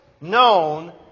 known